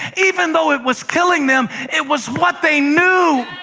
even though it was killing them, it was what they knew.